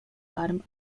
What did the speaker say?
bottom